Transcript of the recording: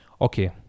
Okay